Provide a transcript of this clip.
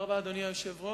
תודה רבה, אדוני היושב-ראש.